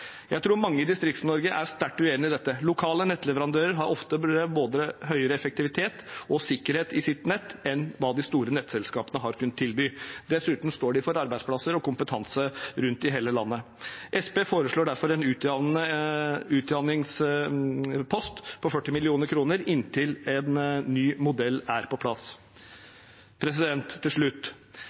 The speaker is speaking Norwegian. Jeg tror mange i Distrikts-Norge er sterkt uenig i dette. Lokale nettleverandører har ofte høyere både effektivitet og sikkerhet i sitt nett enn hva de store nettselskapene har kunnet tilby. Dessuten står de for arbeidsplasser og kompetanse i hele landet. Senterpartiet foreslår derfor en utjevningspost på 40 mill. kr inntil en ny modell er på plass.